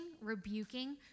rebuking